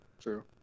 True